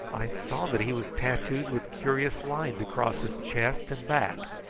i saw that he was tattooed with curious lines across his chest and back,